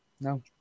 No